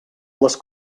les